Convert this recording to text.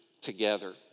together